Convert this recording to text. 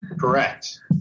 Correct